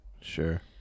Sure